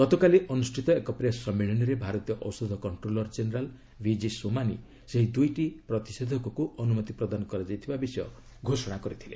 ଗତକାଲି ଅନୁଷ୍ଠିତ ଏକ ପ୍ରେସ୍ ସମ୍ମିଳନୀରେ ଭାରତୀୟ ଔଷଧ କଣ୍ଟ୍ରୋଲର ଜେନେରାଲ ଭିଜି ସୋମାନି ସେହି ଦୁଇ ପ୍ରତିଷେଧକକୁ ଅନ୍ତମତି ପ୍ରଦାନ କରାଯାଇଥିବା ବିଷୟ ଘୋଷଣା କରିଥିଲେ